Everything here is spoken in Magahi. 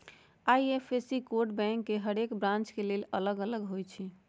आई.एफ.एस.सी कोड बैंक के हरेक ब्रांच के लेल अलग अलग होई छै